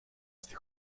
στη